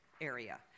area